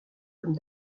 comme